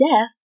death